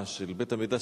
של בית-המדרש,